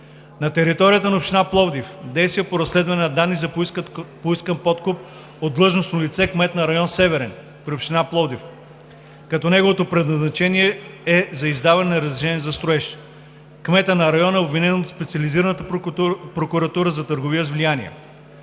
на територията на община Пловдив – действия по разследване на данни за поискан подкуп от длъжностно лице – кмет на район „Северен“ при община Пловдив, като неговото предназначение е за издаване на разрешение за строеж. Кметът на район „Северен“ е обвинен от Специализираната прокуратура за търговия с влияние;